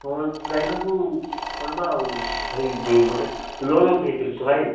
ଗାଇବାକୁ କରିବା ଆଉ ଗୋଟେ ଲୋନ୍ ଉଠାଇଥିଲି ତ ଭାଇ